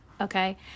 Okay